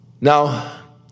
Now